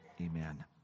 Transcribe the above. Amen